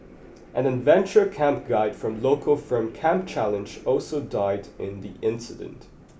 an adventure camp guide from local firm Camp Challenge also died in the incident